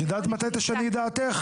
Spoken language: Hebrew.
את יודעת מתי תשני את דעתך?